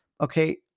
Okay